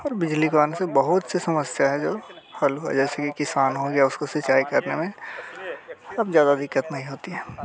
और बिजली को आने से बहुत से समस्याएँ जो हल हुई जैसे कि किसान हो गया उसको सिचाई करने में अब ज़्यादा दिक़्क़त नहीं होती है